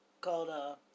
called